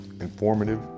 informative